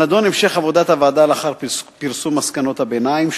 הנדון: המשך עבודת הוועדה לאחר פרסום מסקנות הביניים.